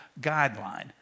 guideline